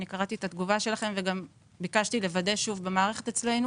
אני קראתי את התגובה שלכם וגם ביקשתי לוודא שוב במערכת אצלנו